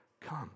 come